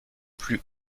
plus